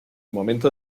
momento